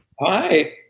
Hi